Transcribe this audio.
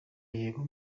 yego